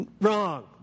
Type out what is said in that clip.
Wrong